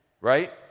Right